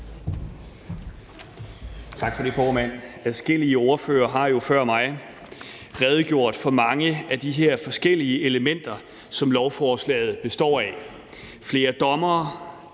Tak for det, formand. Adskillige ordførere har jo før mig redegjort for mange af de her forskellige elementer, som lovforslaget består af: flere dommere,